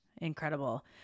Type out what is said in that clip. Incredible